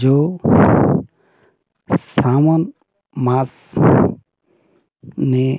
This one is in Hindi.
जो सावन मास में